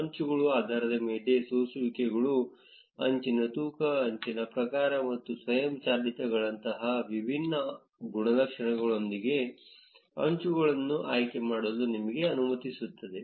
ಅಂಚುಗಳ ಆಧಾರದ ಮೇಲೆ ಸೋಸುವಿಕೆಗಳು ಅಂಚಿನ ತೂಕ ಅಂಚಿನ ಪ್ರಕಾರ ಮತ್ತು ಸ್ವಯಂ ಚಾಲಿತಗಳಂತಹ ವಿಭಿನ್ನ ಗುಣಲಕ್ಷಣಗಳೊಂದಿಗೆ ಅಂಚುಗಳನ್ನು ಆಯ್ಕೆ ಮಾಡಲು ನಿಮಗೆ ಅನುಮತಿಸುತ್ತದೆ